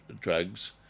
drugs